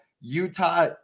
Utah